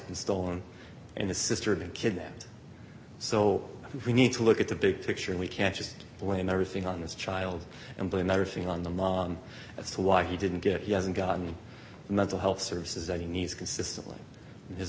been stolen and his sister been kidnapped so we need to look at the big picture and we can't just blame everything on this child and blame everything on the mom as to why he didn't get he hasn't gotten the mental health services that he needs consistently